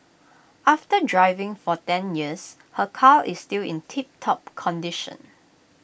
after driving for ten years her car is still in tiptop condition